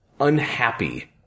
unhappy